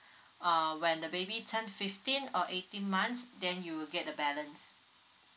uh when the baby turn fifteen or eighteen months then you will get the balance